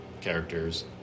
characters